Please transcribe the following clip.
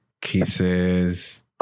kisses